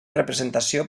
representació